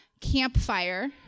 campfire